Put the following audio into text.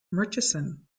murchison